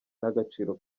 n’agaciro